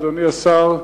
אדוני השר,